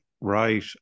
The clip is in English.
right